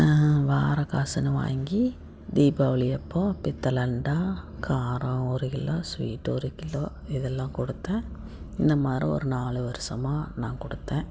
வாரக்காசுன்னு வாங்கி தீபாவளியப்போது பித்தளை அண்டா காரம் ஒரு கிலோ ஸ்வீட் ஒரு கிலோ இதெல்லாம் கொடுத்தேன் இந்தமாதிரி ஒரு நாலு வருஷமா நான் கொடுத்தேன்